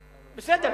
בסדר.